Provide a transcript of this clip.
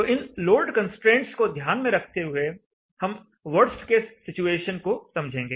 तो इन load constraints को ध्यान में रखते हुए हम वर्स्ट केस सिचुएशन को समझेंगे